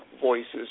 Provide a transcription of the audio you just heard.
Voices